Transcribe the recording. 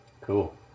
Cool